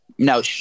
No